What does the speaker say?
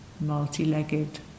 multi-legged